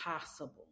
possible